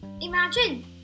Imagine